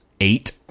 eight